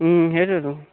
সেইটোৱেইটো